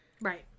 Right